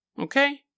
Okay